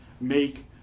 make